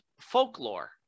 folklore